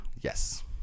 Yes